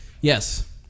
Yes